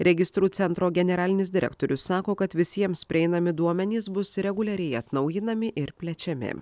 registrų centro generalinis direktorius sako kad visiems prieinami duomenys bus reguliariai atnaujinami ir plečiami